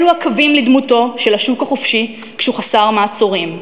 אלה הקווים לדמותו של השוק החופשי כשהוא חסר מעצורים,